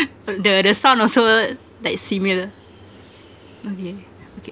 the the sound also like similar okay okay